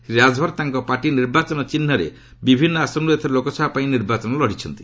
ଶ୍ରୀ ରାଜଭର୍ ତାଙ୍କ ପାର୍ଟି ନିର୍ବାଚନ ଚିହ୍ନରେ ବିଭିନ୍ନ ଆସନରୁ ଏଥର ଲୋକସଭା ପାଇଁ ନିର୍ବାଚନ ଲଡ଼ିଛନ୍ତି